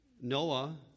Noah